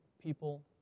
people